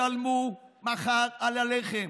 ישלמו מחר על הלחם,